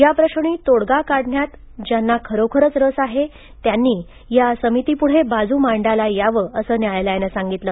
या प्रश्नी तोडगा काढण्यात ज्यांना खरोखरच रस आहे त्यांनी या समितीपुढे बाजू मांडायला यावं असं न्यायालयानं सांगितलं